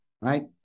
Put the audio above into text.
right